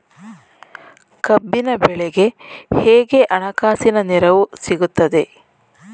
ಕಬ್ಬಿನ ಬೆಳೆಗೆ ಹೇಗೆ ಹಣಕಾಸಿನ ನೆರವು ಸಿಗುತ್ತದೆ?